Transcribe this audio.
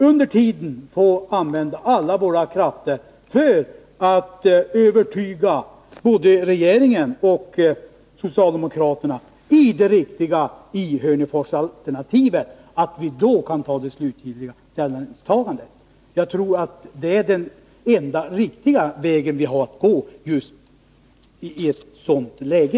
Under tiden kan vi använda alla våra krafter för att övertyga både regeringen och socialdemokraterna om det riktiga i Hörneforsalternativet, så att de sedan slutgiltigt kan ta ställning. Jag tror att det är den enda riktiga väg som vi har att gå i ett sådant läge.